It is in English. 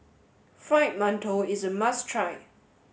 Fried Mantou is a must try